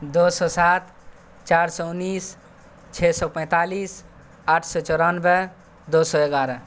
دو سو سات چار سو انیس چھ سو پینتالیس آٹھ سو چورانوے دو سو گیارہ